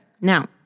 Now